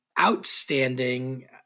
outstanding